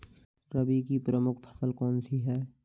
रबी की प्रमुख फसल कौन सी है?